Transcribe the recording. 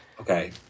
Okay